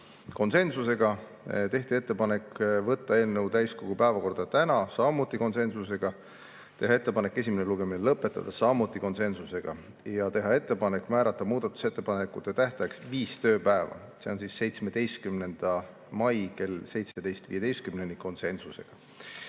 (konsensusega), tehti ettepanek võtta eelnõu täiskogu päevakorda tänaseks (konsensusega), teha ettepanek esimene lugemine lõpetada (samuti konsensusega) ja teha ettepanek määrata muudatusettepanekute tähtajaks viis tööpäeva, see on 17. mai kell 17.15 (konsensusega).